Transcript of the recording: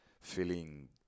feeling